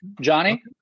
Johnny